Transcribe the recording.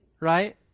Right